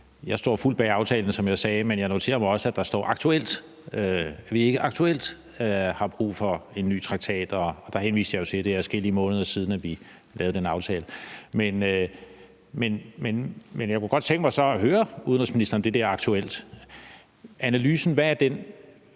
Jeg står fuldt bag aftalen, som jeg sagde, men jeg noterer mig også, at der står, at vi ikke aktuelt har brug for en ny traktat. Og der henviste jeg jo til, at det er adskillige måneder siden, at vi lavede den aftale. Men jeg kunne godt tænke mig så at høre udenrigsministeren, om det bliver aktuelt. Hvad er analysen? Hvad er det